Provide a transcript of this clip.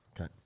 Okay